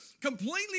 completely